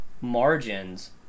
margins